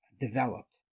developed